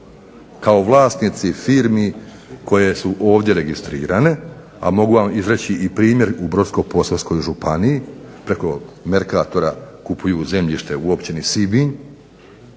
kao vlasnici firmi koje su ovdje registrirane, a mogu vam izreći i primjer u Brodsko-posavskoj županiji. Preko Mercatora kupuju zemljište u općini Sibinj.